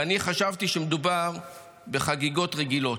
ואני חשבתי שמדובר בחגיגות רגילות.